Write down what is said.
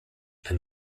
and